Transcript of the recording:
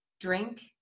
drink